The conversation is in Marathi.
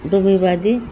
डोबेबाजी